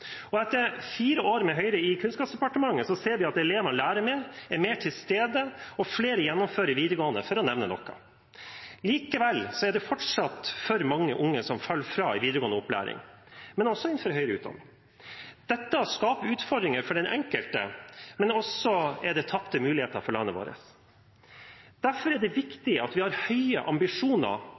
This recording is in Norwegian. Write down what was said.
gjøre. Etter fire år med Høyre i Kunnskapsdepartementet ser vi at elevene lærer mer, de er mer til stede, og flere gjennomfører videregående, for å nevne noe. Likevel er det fortsatt for mange unge som faller fra i videregående opplæring, og også innenfor høyere utdanning. Dette skaper utfordringer for den enkelte, men er også tapte muligheter for landet vårt. Derfor er det viktig at vi har høye ambisjoner